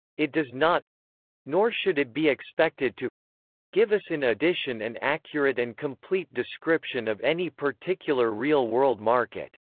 it does not nor should it be expected to give us in addition an and accurate and complete description of any particular real world market.